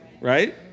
right